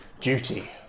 duty